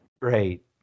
great